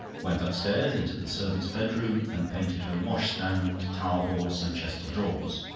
went upstairs into the servant's bedroom and painted her washstand, towel-horse, and chest of drawers.